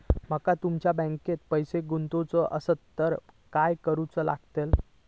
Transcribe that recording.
माका तुमच्या बँकेत पैसे गुंतवूचे आसत तर काय कारुचा लगतला?